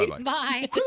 bye